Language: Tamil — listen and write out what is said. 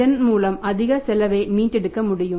இதன் மூலம் அதிக செலவை மீட்டெடுக்க முடியும்